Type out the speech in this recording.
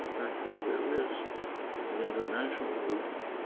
there is an international movement,